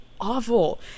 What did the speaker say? awful